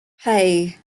hey